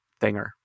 thinger